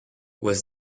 was